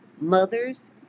mothers